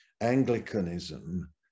anglicanism